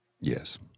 Yes